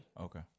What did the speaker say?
Okay